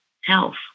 health